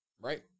Right